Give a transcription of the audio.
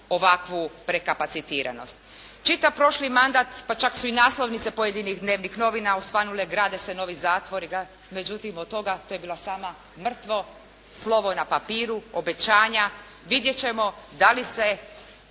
ovakvu prekapacitiranost. Čitav prošli mandat, pa čak su i naslovnice pojedinih dnevnih novina osvanule, grade se novi zatvori, međutim od toga, to je bilo samo mrtvo slovo na papiru, obećanja, vidjet ćemo da li se